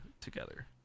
together